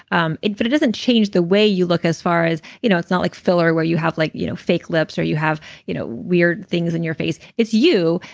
um it but it doesn't change the way you look as far as, you know it's not like filler where you have like you know fake lips or you have you know weird things in your face. it's you,